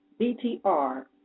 BTR